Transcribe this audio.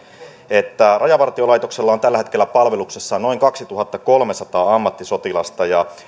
että rajavartiolaitoksella on tällä hetkellä palveluksessaan noin kaksituhattakolmesataa ammattisotilasta ja